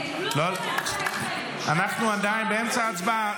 --- חברים, אנחנו עדיין באמצע ההצבעה.